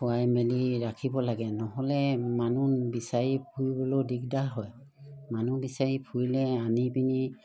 খোৱাই মেলি ৰাখিব লাগে নহ'লে মানুহ বিচাৰি ফুৰিবলৈও দিগদাৰ হয় মানুহ বিচাৰি ফুৰিলে আনি পিনি